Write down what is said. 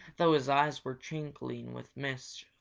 though his eyes were twinkling with mischief.